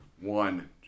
One